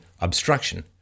obstruction